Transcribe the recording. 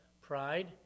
Pride